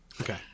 Okay